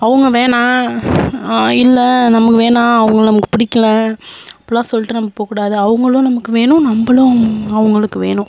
அவங்க வேணா இல்லை நமக்கு வேணா அவங்கள நமக்கு பிடிக்கல அப்புடிலாம் சொல்லிட்டு நம்ம போககூடாது அவங்களும் நமக்கு வேணும் நம்மளும் அவங்களுக்கு வேணும்